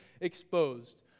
exposed